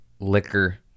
Liquor